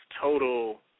total